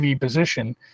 position